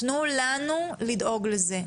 תנו לנו לדאוג לזה.